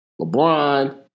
LeBron